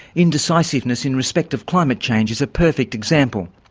indecisiveness in respect of climate change is a perfect example.